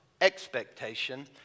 expectation